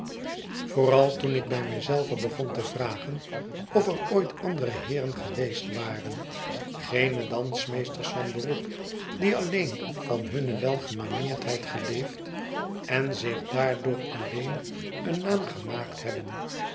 vooral toen ik bij mij zelve begon te vragen of er ooit andere heeren geweest waren geene dansmeesters van beroep die alleen van hunne welgemanierdheid geleefd en zich daardoor alleen een naam gemaakt hebben